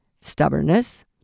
stubbornness